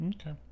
Okay